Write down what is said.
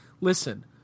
listen –